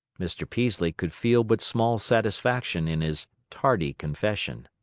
mr. peaslee could feel but small satisfaction in his tardy confession.